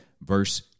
verse